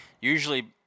Usually